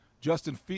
Justin